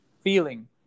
feeling